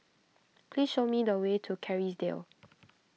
please show me the way to Kerrisdale